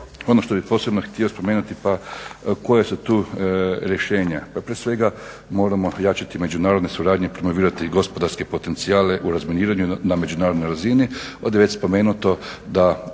Ono što bih posebno htio spomenuti koja su tu rješenja. Pa prije svega moramo jačati međunarodne suradnje, promovirati gospodarske potencijale u razminiranju na međunarodnoj razini. Ovdje je već spomenuto da